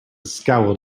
scowled